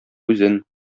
үзен